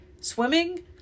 swimming